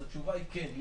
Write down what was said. התשובה היא כן,